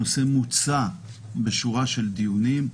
הנושא מוצה בשורה של דיונים.